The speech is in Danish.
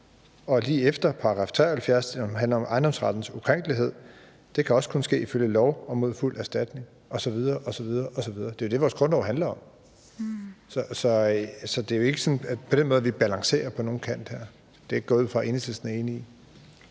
73 lige efter, der handler om ejendomsrettens ukrænkelighed, kan også kun ske ifølge lov og mod fuld erstatning osv. osv. Det er jo det, vores grundlov handler om. Så det er jo ikke sådan, at vi på den måde balancerer på nogen kant. Det går jeg ud fra at Enhedslisten er